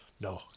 No